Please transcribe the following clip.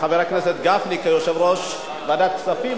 חבר הכנסת גפני, כיושב-ראש ועדת הכספים.